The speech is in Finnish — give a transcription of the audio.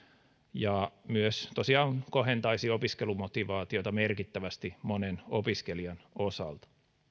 ja myös tosiaan kohentaisi opiskelumotivaatiota merkittävästi monen opiskelijan osalta